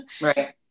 right